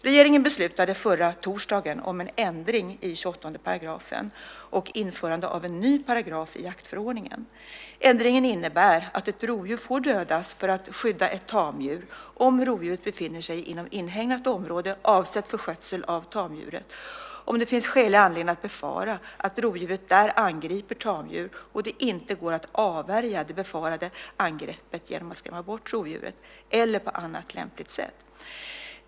Regeringen beslutade förra torsdagen om en ändring i 28 § och införande av en ny paragraf i jaktförordningen. Ändringen innebär att ett rovdjur får dödas för att skydda ett tamdjur om rovdjuret befinner sig inom inhägnat område avsett för skötsel av tamdjuret, om det finns skälig anledning att befara att rovdjuret där angriper tamdjur och det inte går att avvärja det befarade angreppet genom att skrämma bort rovdjuret eller på annat lämpligt sätt.